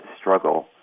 struggle